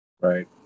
Right